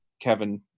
kevin